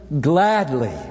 gladly